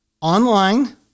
online